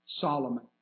Solomon